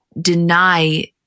deny